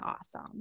awesome